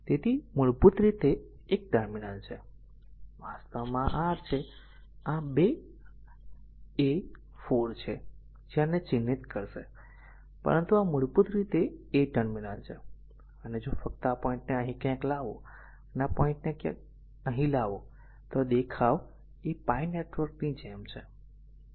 તેથી તે મૂળભૂત રીતે એક ટર્મિનલ છે અને આ વાસ્તવમાં આ r છે આ 2 a 4 છે જે આને ચિહ્નિત કરશે પરંતુ આ મૂળભૂત રીતે a a ટર્મિનલ છે અને જો ફક્ત આ પોઈન્ટને અહીં ક્યાંક લાવો અને આ પોઈન્ટને ક્યાંક અહીં લાવો આ દેખાવ ar pi નેટવર્ક ની જેમ છે